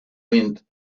went